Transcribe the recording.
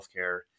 healthcare